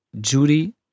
Judy